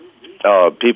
people